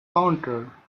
counter